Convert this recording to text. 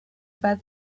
bade